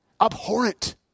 abhorrent